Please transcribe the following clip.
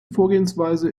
vorgehensweise